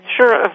Sure